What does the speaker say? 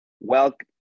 Welcome